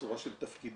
בצורה של תפקידים,